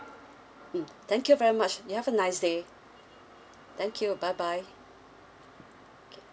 mm thank you very much you have a nice day thank you bye bye okay